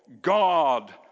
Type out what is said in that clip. God